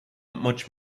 much